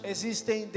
Existem